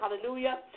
Hallelujah